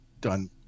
done